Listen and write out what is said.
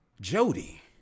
jody